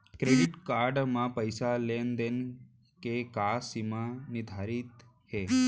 Credit card म पइसा लेन देन के का सीमा निर्धारित हे?